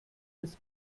des